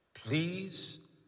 Please